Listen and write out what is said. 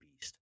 beast